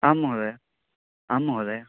आं महोदय आं महोदय